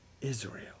Israel